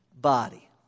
body